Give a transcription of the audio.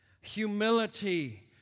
humility